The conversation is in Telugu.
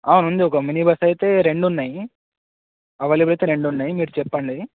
ఆ ఉంది ఒక మిని బస్ అయితే రెండు ఉన్నాయి అవైలబుల్ అయితే రెండు ఉన్నాయి మీరు చెప్పండి